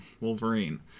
Wolverine